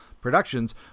productions